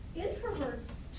introverts